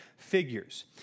Figures